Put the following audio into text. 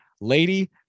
Lady